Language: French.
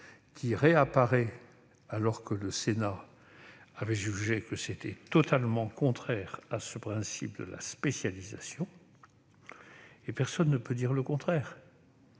sa réapparition, alors que le Sénat avait jugé qu'elle était totalement contraire au principe de spécialisation. Personne ne peut dire le contraire.